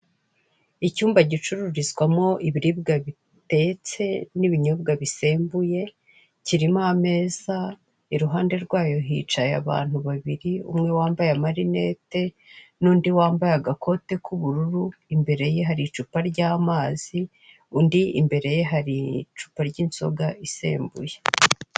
Icyumba gicururizwamo ibiribwa bitetse n'ibinyobwa bisembuye; kirimo ameza, iruhande rwayo hicaye abantu babiri, umwe wambaye amalinette n'undi wambaye agakoti k'ubururu imbere ye hari icupa ry'amazi, undiimbere ye hari icupa ry'inzoga isembuye.